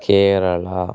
Kerala